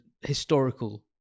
historical